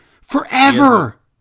forever